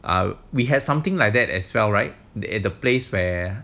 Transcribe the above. are we have something like that as well right the the place where